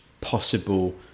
possible